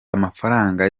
amafaranga